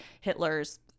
Hitler's